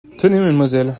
mademoiselle